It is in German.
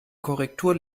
korrektur